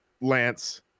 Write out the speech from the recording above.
Lance